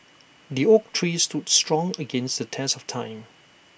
the oak tree stood strong against the test of time